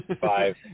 five